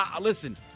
Listen